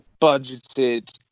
budgeted